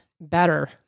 better